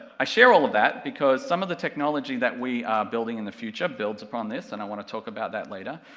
i share all of that, because some of the technology that we are building in the future, builds upon this, and i want to talk about that later,